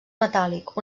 metàl·lic